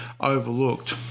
overlooked